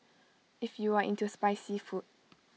if you are into spicy food